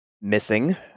missing